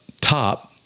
top